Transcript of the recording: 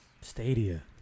Stadia